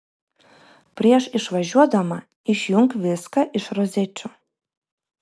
prieš išvažiuodama išjunk viską iš rozečių